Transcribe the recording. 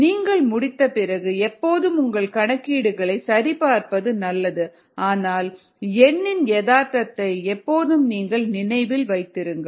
நீங்கள் முடித்த பிறகு எப்போதும் உங்கள் கணக்கீடுகளை சரிபார்ப்பது நல்லது ஆனால் எண்ணின் யதார்த்தத்தை எப்போதும் நீங்கள் நினைவில் வைத்திருங்கள்